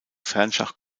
fernschach